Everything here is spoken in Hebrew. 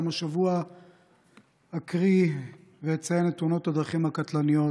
גם השבוע אקריא ואציין את תאונות הדרכים הקטלניות